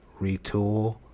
retool